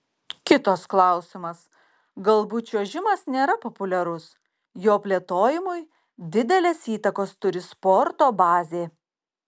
kitas klausimas galbūt čiuožimas nėra populiarus jo plėtojimui didelės įtakos turi sporto bazė